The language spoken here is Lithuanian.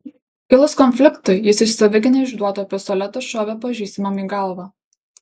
kilus konfliktui jis iš savigynai išduoto pistoleto šovė pažįstamam į galvą